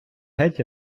геть